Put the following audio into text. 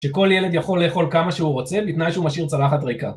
שכל ילד יכול לאכול כמה שהוא רוצה, בתנאי שהוא משאיר צלחת ריקה.